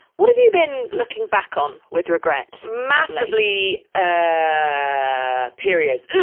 what have you been looking back on with regret? massively ah periods. yeah